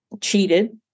cheated